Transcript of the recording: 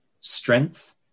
strength